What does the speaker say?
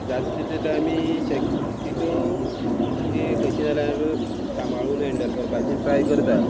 जात् आमी शक्यतो तीं कशें जाल्यार सांबाळून हँडल करपाची ट्राय करतात